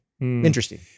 Interesting